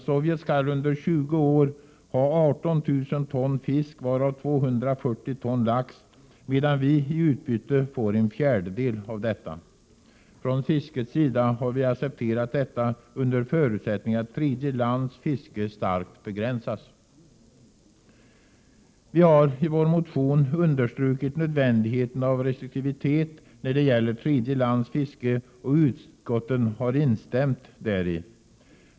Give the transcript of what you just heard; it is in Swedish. Sovjet skall under 20 år ha 18 000 ton fisk, varav 240 ton lax, medan vii utbyte får en fjärdedel av detta. Från fiskets sida har vi accepterat detta under förutsättning att tredje lands fiske starkt begränsas. Vi har i vår motion understrukit nödvändigheten av restriktivitet när det gäller tredje lands fiske, och utskottet har instämt däri.